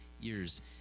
years